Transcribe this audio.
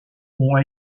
ont